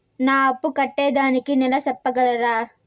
నా అప్పు కట్టేదానికి నెల సెప్పగలరా?